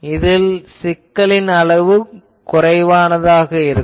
இதில் சிக்கலின் அளவு குறைவாக இருக்கும்